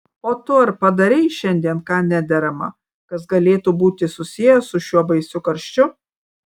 o tu ar padarei šiandien ką nederama kas galėtų būti susiję su šiuo baisiu karščiu